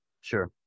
sure